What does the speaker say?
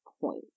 point